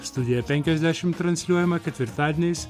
studija penkiasdešimt transliuojama ketvirtadieniais